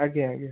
ଆଜ୍ଞା ଆଜ୍ଞା